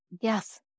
yes